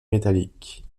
métallique